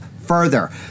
further